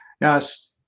Yes